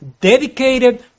dedicated